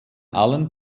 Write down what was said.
allen